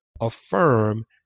affirm